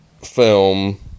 film